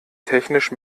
technisch